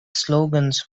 slogans